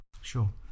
Sure